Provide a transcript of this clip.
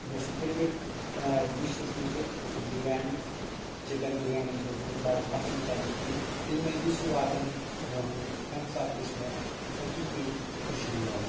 مےٚ چھُ favourite dish یۄس مےٚ چھِ سۄ چھِ بِریانی چِکن بِریانی چھُس بہٕ بڑٕ پسنٛد کرَان کھیٚنۍ ییٚلہِ مےٚ یہِ چھُ واتَان برونٛٹھ کُن اَمہِ ساتہٕ تہِ چھِ مےٚ حقیٖقِی خوشی مِلَان